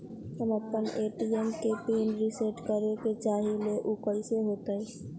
हम अपना ए.टी.एम के पिन रिसेट करे के चाहईले उ कईसे होतई?